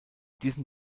diesem